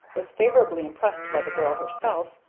was favorably impressed by the girl herself,